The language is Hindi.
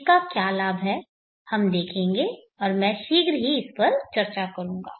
इसका क्या लाभ है हम देखेंगे और मैं शीघ्र ही इस पर चर्चा करूंगा